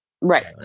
Right